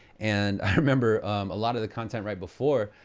and i remember a lot of the content right before,